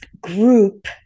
group